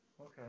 Okay